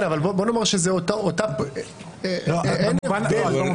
כן, אבל בוא נאמר שזאת אותה אין הבדל.